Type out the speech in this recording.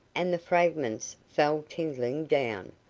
and the fragments fell tinkling down.